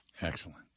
Excellent